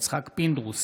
יצחק פינדרוס,